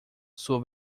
sua